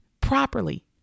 properly